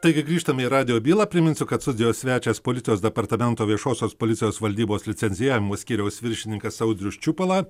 taigi grįžtam į radijo bylą priminsiu kad studijos svečias policijos departamento viešosios policijos valdybos licencijavimo skyriaus viršininkas audrius čiupala